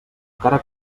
encara